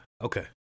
okay